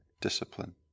discipline